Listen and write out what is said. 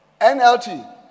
NLT